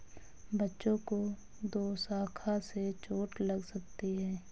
बच्चों को दोशाखा से चोट लग सकती है